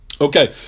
Okay